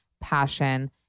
passion